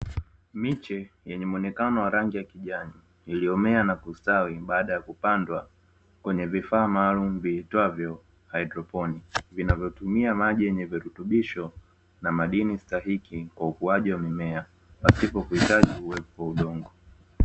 Miche yenye muonekano wa rangi ya kijani iliyomea na kustawi baada ya kupandwa kwenye vifaa maalumu viitwavyo haidroponi, vinavyotumia maji yenye virutubisho na madini stahiki kwa ukuaji wa mimea pasipo kuhitaji uwepo wa udongo.